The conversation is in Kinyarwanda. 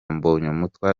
mbonyumutwa